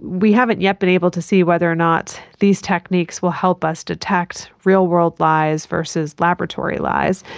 we haven't yet been able to see whether or not these techniques will help us detect real-world lies versus laboratory lies,